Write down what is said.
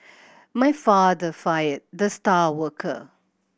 my father fired the star worker